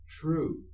true